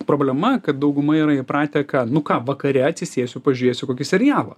problema kad dauguma yra įpratę ką nu ką vakare atsisėsiu pažiūrėsiu kokį serialą